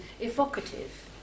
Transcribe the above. evocative